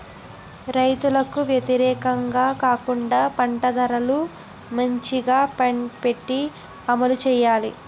రైతులకు వ్యతిరేకంగా కాకుండా పంట ధరలు మంచిగా పెట్టి అమలు చేయాలి